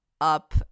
up